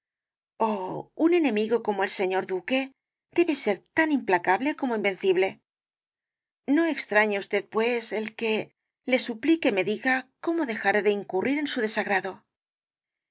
un enemigo como el señor duque debe ser tan implacable como invencible no extrañe usted pues el que le suplique me diga cómo dejaré de incurrir en su desagrado